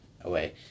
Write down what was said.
away